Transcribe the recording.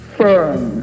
firm